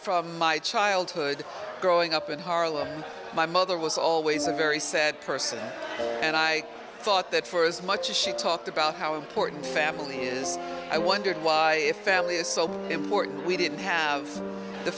from my childhood growing up in harlem my mother was always a very sad person and i thought that for as much as she talked about how important family is i wondered why if family is so important we didn't have the